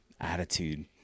attitude